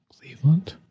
Cleveland